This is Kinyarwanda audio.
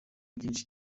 byinshi